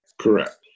Correct